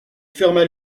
ferma